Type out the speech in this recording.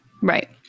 Right